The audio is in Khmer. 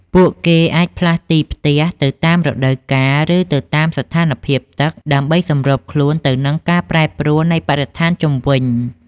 ពួកគេអាចផ្លាស់ទីផ្ទះទៅតាមរដូវកាលឬទៅតាមស្ថានភាពទឹក ដើម្បីសម្របខ្លួនទៅនឹងការប្រែប្រួលនៃបរិស្ថានជុំវិញ។